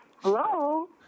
hello